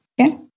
Okay